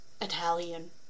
Italian